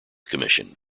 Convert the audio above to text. commission